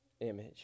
image